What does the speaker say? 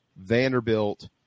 Vanderbilt